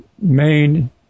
main